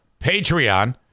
Patreon